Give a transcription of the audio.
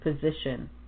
position